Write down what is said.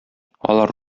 алар